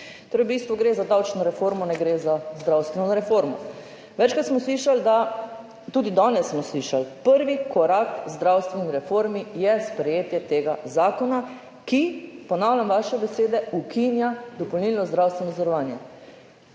V bistvu gre za davčno reformo, ne gre za zdravstveno reformo. Večkrat smo slišali, tudi danes smo slišali, da je prvi korak k zdravstveni reformi sprejetje tega zakona, ki, ponavljam vaše besede, ukinja dopolnilno zdravstveno zavarovanje.